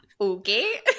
Okay